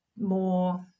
more